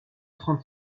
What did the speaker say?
trente